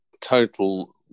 total